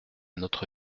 notre